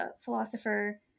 philosopher